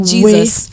Jesus